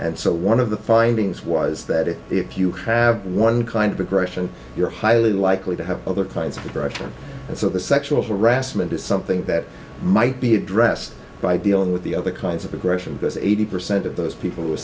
and so one of the findings was that if you have one kind of aggression you're highly likely to have other kinds of aggression and so the sexual harassment is something that might be addressed by dealing with the other kinds of aggression because eighty percent of those people